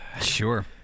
Sure